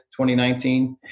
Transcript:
2019